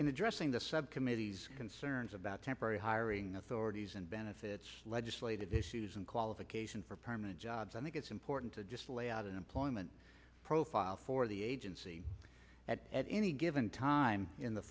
in addressing the subcommittees concerns about temporary hiring authorities and benefits legislative issues and qualification for permanent jobs i think it's important to just lay out an employment profile for the agency that at any given time in the